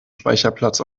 speicherplatz